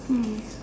hmm